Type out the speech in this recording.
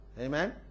Amen